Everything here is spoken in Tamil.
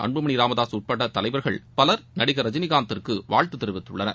அன்புமனி ராமதாஸ் உட்பட தலைவர்கள் பலர் நடிகர் ரஜினிகாந்திற்கு வாழ்த்து தெரிவித்துள்ளனர்